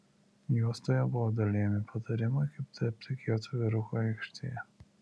juostoje buvo dalijami patarimai kaip tapti kietu vyruku aikštėje